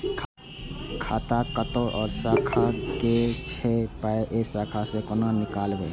खाता कतौ और शाखा के छै पाय ऐ शाखा से कोना नीकालबै?